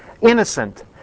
Innocent